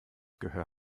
gehör